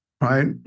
right